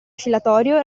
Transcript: oscillatorio